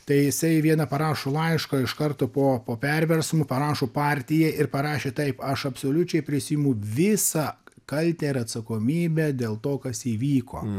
tai jisai vieną parašo laišką iš karto po po perversmo parašo partijai ir parašė taip aš absoliučiai prisiimu visą kaltę ir atsakomybę dėl to kas įvyko